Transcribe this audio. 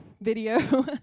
video